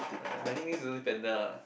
uh my nicknames also panda